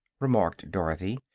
remarked dorothy.